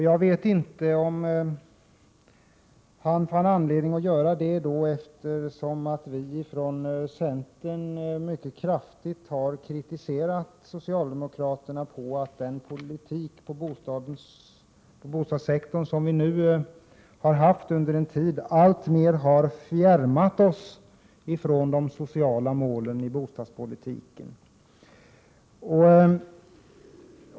Jag vet inte om det beror på att vi från centern mycket kraftigt har kritiserat socialdemokraterna för att den politik på bostadssektorn vi nu haft en tid alltmer har fjärmat oss ifrån de sociala målen i bostadspolitiken.